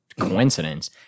coincidence